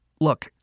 look